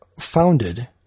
founded